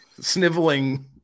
Sniveling